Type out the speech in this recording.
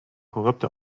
corrupte